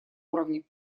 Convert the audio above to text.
уровне